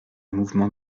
mouvement